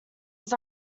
was